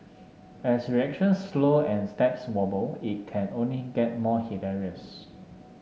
as reactions slow and steps wobble it can only get more hilarious